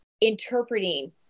interpreting